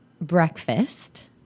breakfast